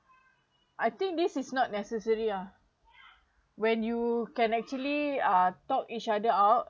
I think this is not necessarily ah when you can actually uh talk each other out